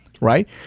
right